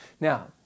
Now